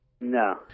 No